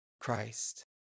Christ